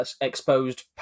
Exposed